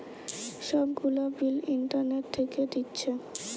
সব গুলা bill internet থিকে দিচ্ছে